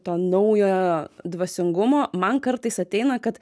to naujojo dvasingumo man kartais ateina kad